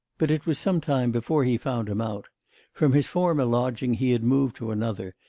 but it was some time before he found him out from his former lodging he had moved to another,